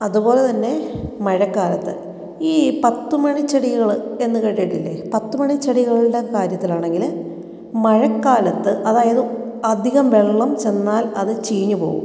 അതുപോലെ തന്നെ മഴക്കാലത്ത് ഈ പത്ത്മണി ചെടികൾ എന്ന് കേട്ടിട്ടില്ലേ പത്ത്മണി ചെടികൾടെ കാര്യത്തിലാണെങ്കിൽ മഴക്കാലത്ത് അതായത് അധികം വെള്ളം ചെന്നാൽ അത് ചീഞ്ഞ് പോവും